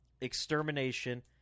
extermination